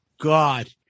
god